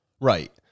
Right